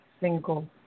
single